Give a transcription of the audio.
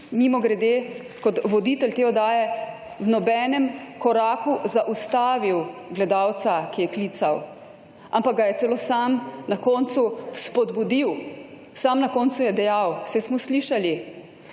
mimogrede, kot voditelj te oddaje v nobenem koraku zaustavil gledalca, ki je klical, ampak ga je celo sam na koncu spodbudil. Sam na koncu je dejal, saj smo slišali: